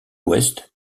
ouest